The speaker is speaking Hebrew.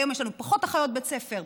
היום יש לנו פחות אחיות בית ספר,